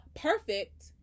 perfect